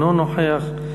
אינו נוכח,